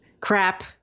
crap